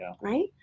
right